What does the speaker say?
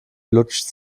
lutscht